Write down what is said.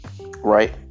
Right